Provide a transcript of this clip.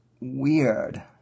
weird